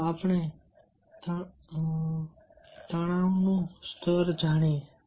ચાલો હવે આપણા તણાવનું સ્તર જાણીએ